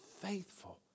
faithful